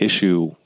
issue